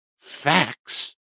facts